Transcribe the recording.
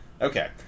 Okay